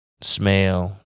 smell